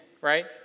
right